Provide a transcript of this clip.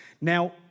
Now